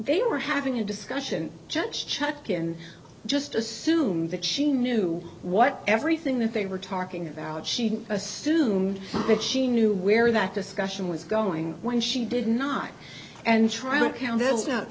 they were having a discussion judge chuck and just assume that she knew what everything that they were talking about she didn't assume that she knew where that discussion was going when she did not and try to count is not